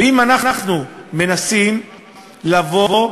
ואם אנחנו מנסים לבוא,